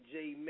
Jay